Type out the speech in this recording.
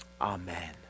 Amen